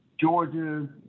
Georgia